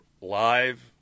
live